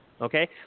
Okay